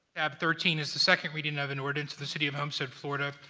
tab thirteen is the second reading of an ordinance of the city of homestead, florida,